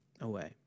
away